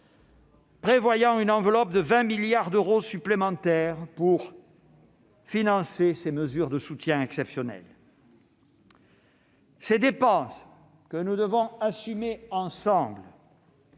prévoyant une enveloppe de 20 milliards d'euros supplémentaires pour financer ces mesures de soutien exceptionnel. Ces dépenses, que nous devons assumer ensemble,